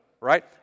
right